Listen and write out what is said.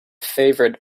favourite